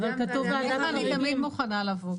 לכאן אני תמיד מוכנה לבוא.